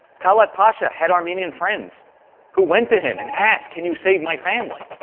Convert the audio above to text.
talaat pasha had armenian friends who went to him and asked, can you save my family?